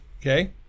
Okay